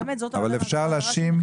אבל אפשר להאשים?